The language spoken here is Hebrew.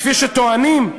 כפי שטוענים,